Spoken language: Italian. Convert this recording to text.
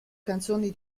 canzoni